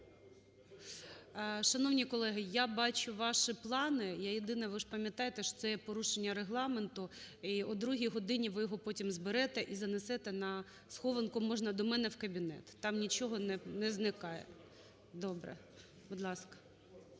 Шановні колеги, я бачу ваші плани. Я, єдине, ви ж пам'ятаєте, що це є порушення Регламенту. О другій годині ви його потім зберете і занесете на схованку, можна до мене в кабінет, там нічого не зникає. Добре. Будь ласка.